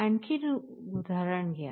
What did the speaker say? आणखी एक उदाहरण घ्या